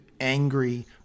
angry